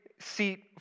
seat